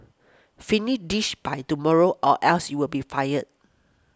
finish this by tomorrow or else you will be fired